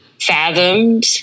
fathomed